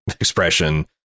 expression